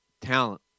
Talent